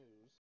news